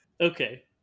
Okay